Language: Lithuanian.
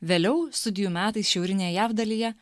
vėliau studijų metais šiaurinėje jav dalyje